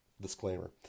Disclaimer